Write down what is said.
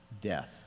death